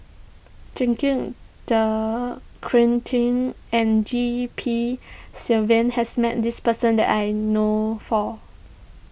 Jacques De Coutre and G P Selvam has met this person that I know of